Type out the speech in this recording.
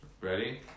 ready